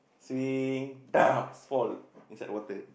sing dump fall inside the water